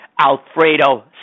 Alfredo